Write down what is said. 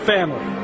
Family